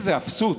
איזו אפסות.